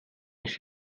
nicht